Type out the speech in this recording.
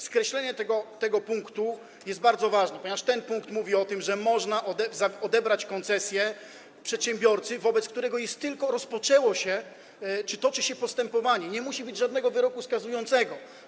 Skreślenie tego punktu jest bardzo ważne, ponieważ ten punkt mówi o tym, że można odebrać koncesję przedsiębiorcy, wobec którego rozpoczęło się czy toczy się postępowanie, nie musi być żadnego wyroku skazującego.